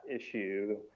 issue